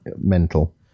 mental